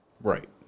Right